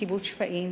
קיבוץ שפיים,